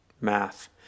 math